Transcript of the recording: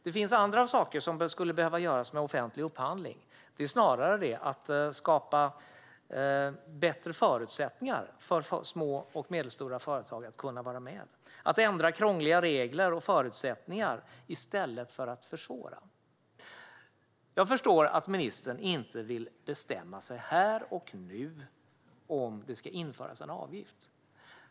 Det finns andra saker som skulle behöva göras när det gäller offentlig upphandling, och det är snarare att ändra krångliga regler och skapa bättre förutsättningar för små och medelstora företag att kunna vara med i stället för att försvåra. Jag förstår att ministern inte vill bestämma sig här och nu för om det ska införas en avgift.